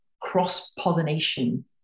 cross-pollination